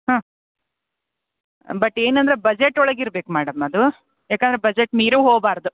ಹ್ಞೂ ಬಟ್ ಏನಂದರೆ ಬಜೆಟ್ಟೊಳಗೆ ಇರ್ಬೇಕು ಮೇಡಮ್ ಅದು ಏಕಂದ್ರೆ ಬಜೆಟ್ ಮೀರಿ ಹೋಗ್ಬಾರ್ದು